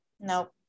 nope